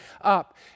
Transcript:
up